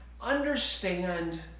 understand